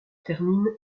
termine